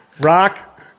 Rock